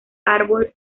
árbol